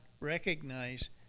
recognize